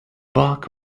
bark